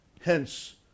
Hence